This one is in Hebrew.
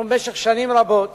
אנחנו ניהלנו במשך שנים רבות